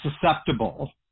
susceptible